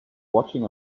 watching